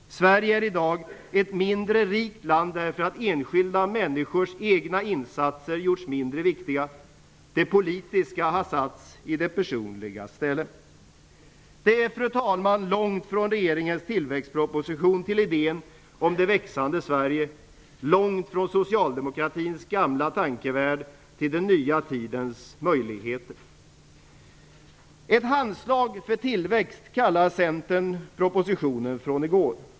Sverige är i dag ett mindre rikt land därför att enskilda människors egna insatser gjorts mindre viktiga. Det politiska har satts i det personligas ställe. Fru talman! Det är långt från regeringens tillväxtproposition till idén om det växande Sverige. Långt från socialdemokratins gamla tankevärld till den nya tidens möjligheter. Ett handslag för tillväxt, kallade Centern i går propositionen.